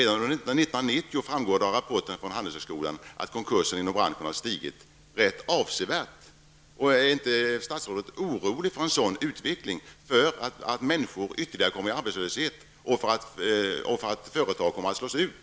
Det framgår av en rapport från Handelshögskolan att antalet konkurser inom branschen steg rätt avsevärt redan under år 1990. Är inte statsrådet orolig för en sådan utveckling, dvs. att ytterligare människor blir arbetslösa och att företag kommer att slås ut?